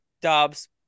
Dobbs